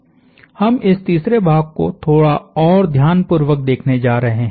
हम इस तीसरे भाग को थोड़ा और ध्यानपूर्वक देखने जा रहे हैं